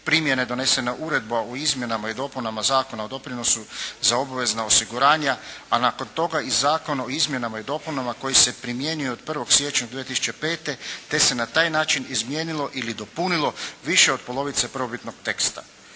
primjene donesena Uredba o izmjenama i dopunama Zakona o doprinosu za obvezna osiguranja, a nakon toga i Zakon o izmjenama i dopunama koji se primjenjuje od 1. siječnja 2005. te se na taj način izmijenilo ili dopunilo više od polovice prvobitnog teksta